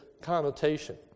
connotation